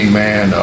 man